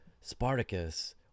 Spartacus